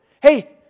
Hey